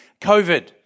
COVID